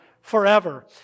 forever